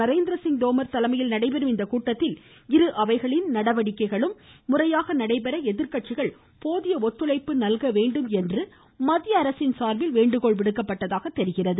நரேந்திரசிங் தோமர் தலைமையில் நடைபெறும் இந்த கூட்டத்தில் இரு அவைகளின் நடவடிக்கைகளும் முறையாக நடைபெற எதிர்கட்சிகள் போதிய ஒத்துழைப்பு நல்கவேண்டும் என்று மத்திய அரசின் சார்பில் வேண்டுகோள் விடுக்கப்பட்டதாக தெரிகிறது